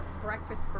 breakfast